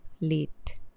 late